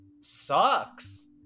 Sucks